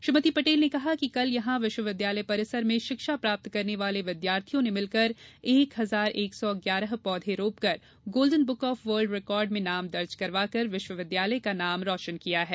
श्रीमती पटेल ने कहा कि कल यहां विश्वविद्यालय परिसर में शिक्षा प्राप्त करने वाले विद्यार्थियों ने मिलकर एक हजार एक सौ ग्यारह पौधे रोपकर golden book of world record में नाम दर्ज करवाकर विश्वविद्यालय का नाम रोशन किया है